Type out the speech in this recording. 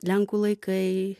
lenkų laikai